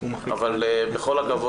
אבל בכל הכבוד